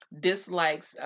dislikes